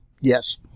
Yes